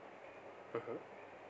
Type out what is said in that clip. (uh huh)